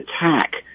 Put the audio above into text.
attack